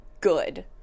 good